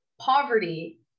poverty